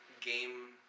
game